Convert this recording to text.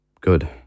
Good